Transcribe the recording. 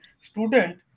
student